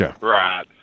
Right